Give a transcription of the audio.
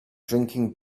drinking